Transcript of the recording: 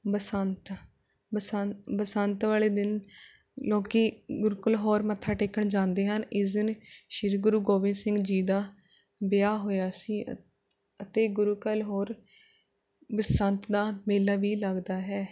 ਬਸੰਤ ਬਸੰ ਬਸੰਤ ਵਾਲੇ ਦਿਨ ਲੋਕ ਗੁਰੂ ਕਾ ਲਾਹੌਰ ਮੱਖਾ ਟੇਕਣ ਜਾਂਦੇ ਹਨ ਇਸ ਦਿਨ ਸ਼੍ਰੀ ਗੁਰੂ ਗੋਬਿੰਦ ਸਿੰਘ ਜੀ ਦਾ ਵਿਆਹ ਹੋਇਆ ਸੀ ਅ ਅਤੇ ਗੁਰੂ ਕਾ ਲਾਹੌਰ ਬਸੰਤ ਦਾ ਮੇਲਾ ਵੀ ਲੱਗਦਾ ਹੈ